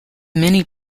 many